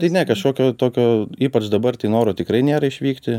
tai ne kažkokio tokio ypač dabar tai noro tikrai nėra išvykti